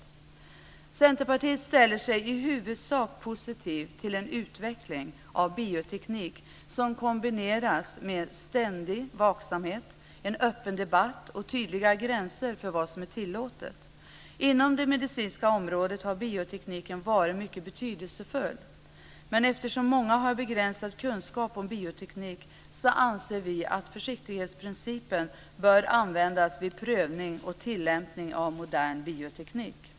Centerpartiet ställer sig i huvudsak positivt till en utveckling av bioteknik som kombineras med ständig vaksamhet, en öppen debatt och tydliga gränser för vad som är tillåtet. Inom det medicinska området har biotekniken varit mycket betydelsefull. Men eftersom många har begränsad kunskap om bioteknik anser vi att försiktighetsprincipen bör användas vid prövning och tillämpning av modern bioteknik.